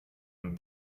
man